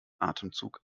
atemzug